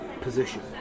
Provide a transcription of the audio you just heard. position